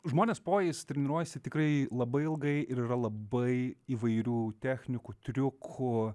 žmonės pojais treniruojasi tikrai labai ilgai ir yra labai įvairių technikų triukų